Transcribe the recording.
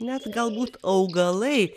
net galbūt augalai